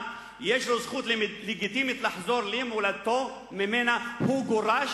יש זכות לגיטימית לחזור למולדתו שממנה גורש